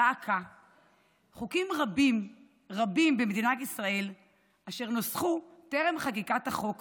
דא עקא שחוקים רבים רבים במדינת ישראל אשר נוסחו טרם חקיקת חוק